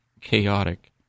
chaotic